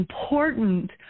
important